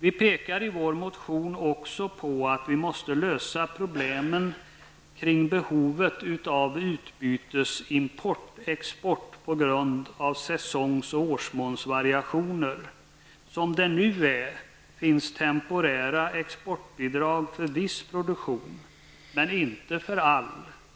I vår motion pekar vi också på att vi måste lösa problemen kring behovet av utbytesimport/export på grund av säsongs och årsmånsvariationer. Som det nu är finns temporära exportbidrag för viss produktion, men inte för all.